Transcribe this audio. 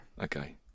Okay